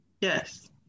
Yes